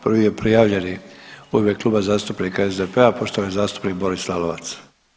Prvi je prijavljeni u ime Kluba zastupnika SDP-a, poštovani zastupnik Boris Lalovac.